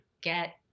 get